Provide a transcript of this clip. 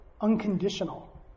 unconditional